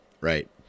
Right